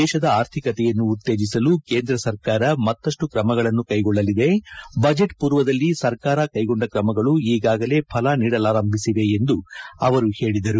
ದೇಶದ ಆರ್ಥಿಕತೆಯನ್ನು ಉತ್ತೇಜಿಸಲು ಕೇಂದ್ರ ಸರ್ಕಾರ ಮತ್ತಮ್ವ ಕ್ರಮಗಳನ್ನು ಕೈಗೊಳ್ಳಲಿದೆ ಬಜೆಟ್ ಪೂರ್ವದಲ್ಲಿ ಸರ್ಕಾರ ಕೈಗೊಂಡ ಕ್ರಮಗಳು ಈಗಾಗಲೇ ಫಲ ನೀಡಲಾರಂಭಿಸಿವೆ ಎಂದು ಅವರು ಹೇಳಿದರು